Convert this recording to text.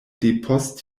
depost